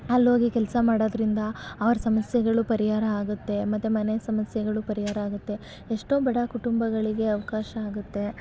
ಅಲ್ಲೋಗಿ ಕೆಲಸ ಮಾಡೊದರಿಂದ ಅವ್ರ ಸಮಸ್ಯೆಗಳು ಪರಿಹಾರ ಆಗುತ್ತೆ ಮತ್ತು ಮನೆ ಸಮಸ್ಯೆಗಳು ಪರಿಹಾರ ಆಗುತ್ತೆ ಎಷ್ಟೋ ಬಡ ಕುಟುಂಬಗಳಿಗೆ ಅವಕಾಶ ಆಗುತ್ತೆ